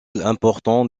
important